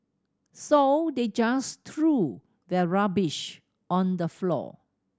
so they just threw their rubbish on the floor